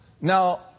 Now